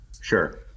Sure